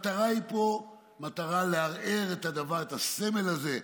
אבל לא, כי המטרה היא פה לערער את הסמל הזה.